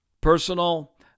personal